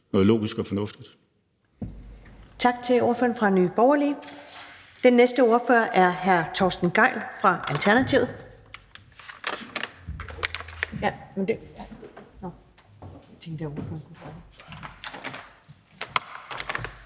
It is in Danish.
noget logisk og fornuftigt.